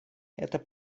это